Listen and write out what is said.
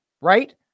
right